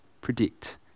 predict